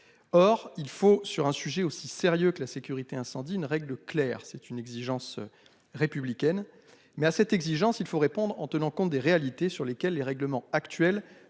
Or il faut sur un sujet aussi sérieux que la sécurité incendie, une règle claire, c'est une exigence républicaine. Mais à cette exigence, il faut répondre en tenant compte des réalités sur lesquelles les règlements actuels